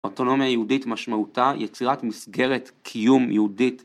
אוטונומיה יהודית משמעותה יצירת מסגרת קיום יהודית